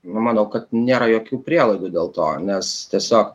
nu manau kad nėra jokių prielaidų dėl to nes tiesiog